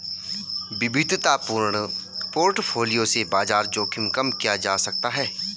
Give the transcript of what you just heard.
विविधतापूर्ण पोर्टफोलियो से बाजार जोखिम कम किया जा सकता है